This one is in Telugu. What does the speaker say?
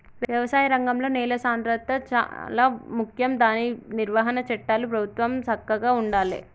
వ్యవసాయ రంగంలో నేల సాంద్రత శాలా ముఖ్యం దాని నిర్వహణ చట్టాలు ప్రభుత్వం సక్కగా చూడాలే